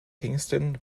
kingston